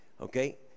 Okay